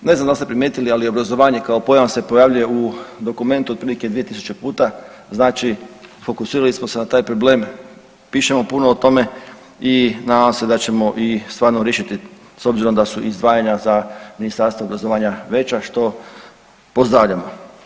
Ne znam dal ste primijetili, ali obrazovanje kao pojam se pojavljuje u dokumentu otprilike 2000 puta, znači fokusirali smo se na taj problem, pišemo puno o tome i nadam se da ćemo i stvarno riješiti s obzirom da su izdvajanja za Ministarstvo obrazovanja veća, što pozdravljamo.